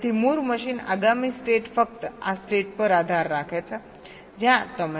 તેથી Moore machine આગામી state ફક્ત આ સ્ટેટ પર આધાર રાખે છે જ્યાં તમે છો